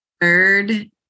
third